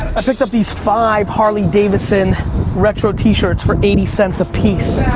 i picked up these five harley davidson retro t-shirt for eighty cents a piece.